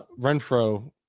Renfro